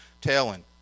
telling